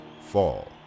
Fall